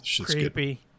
Creepy